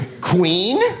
Queen